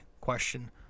question